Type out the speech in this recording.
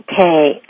Okay